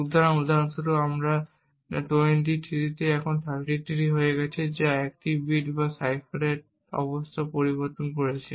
সুতরাং উদাহরণস্বরূপ এখানে 23 এখন 33 হয়ে গেছে যা 1 বিট যা সাইফারের অবস্থা পরিবর্তন করেছে